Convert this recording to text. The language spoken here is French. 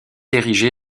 érigée